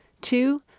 two